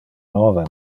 novem